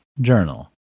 Journal